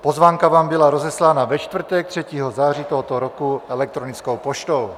Pozvánka vám byla rozeslána ve čtvrtek 3. září tohoto roku elektronickou poštou.